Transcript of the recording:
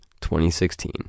2016